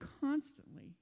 constantly